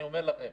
אני אומר לכם,